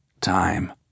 Time